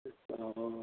अ आच्चा